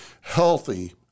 healthy